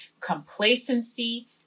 complacency